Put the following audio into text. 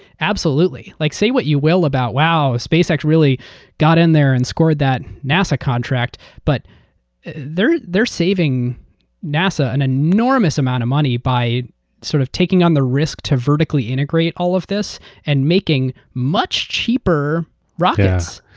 absolutely. like say what you will about, wow, spacex really got in there and scored that nasa contract, but they're they're saving nasa an enormous amount of money by sort of taking on the risk to vertically-integrate all of this and making much cheaper rockets.